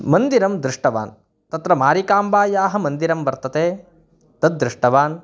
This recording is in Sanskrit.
मन्दिरं दृष्टवान् तत्र मारिकाम्बायाः मन्दिरं वर्तते तद् दृष्टवान्